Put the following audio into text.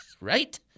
Right